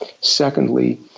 Secondly